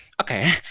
Okay